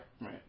Right